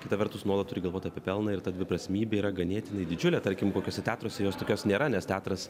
kita vertus nuolat turi galvot apie pelną ir ta dviprasmybė yra ganėtinai didžiulė tarkim kokiuose teatruose jos tokios nėra nes teatras